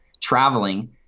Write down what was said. traveling